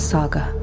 Saga